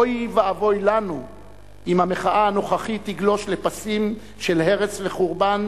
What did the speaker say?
אוי ואבוי לנו אם המחאה הנוכחית תגלוש לפסים של הרס וחורבן,